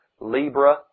Libra